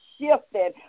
shifting